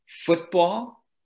football